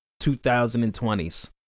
2020s